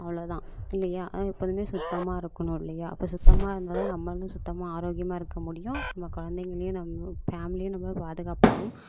அவ்வளோ தான் இல்லையா ஆனால் எப்போதும் சுத்தமாக இருக்கணும் இல்லையா அப்போ சுத்தமாக இருந்தால் தான் நம்மளும் சுத்தமாக ஆரோக்கியமாக இருக்க முடியும் நம்ம குழந்தைகளையும் நம்ம ஃபேம்லியாக நம்ம பாதுகாப்பாகவும்